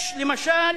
יש, למשל,